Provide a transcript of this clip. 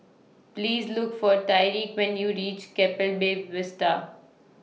Please Look For Tyreek when YOU REACH Keppel Bay Vista